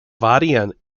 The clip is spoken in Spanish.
varían